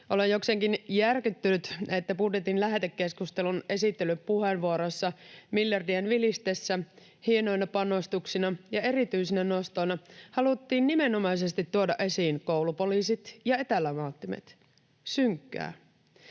Olen jokseenkin järkyttynyt, että budjetin lähetekeskustelun esittelypuheenvuorossa miljardien vilistessä hienoina panostuksina erityisenä nostona haluttiin nimenomaisesti tuoda esiin koulupoliisit ja etälamauttimet — synkkää.